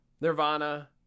Nirvana